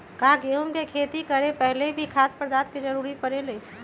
का गेहूं के खेती करे से पहले भी खाद्य पदार्थ के जरूरी परे ले?